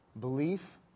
belief